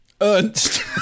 Ernst